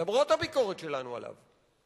למרות הביקורת שלנו עליו,